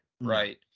Right